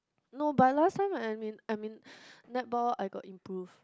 no but last time I'm in I'm in netball I got improve